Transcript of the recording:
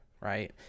right